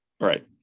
Right